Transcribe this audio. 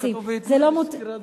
כתוב, לשכירת דירה.